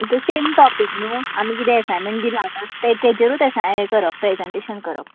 म्हटगूत same topic न्हू आमी कितें एसाइनमेंट दिलां न्हू तेजेरूत हें ए करप प्रेसेन्टेशन करप